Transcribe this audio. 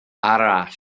arall